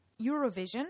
Eurovision